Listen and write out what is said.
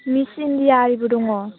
miss India आरिबो दङ